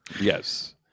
Yes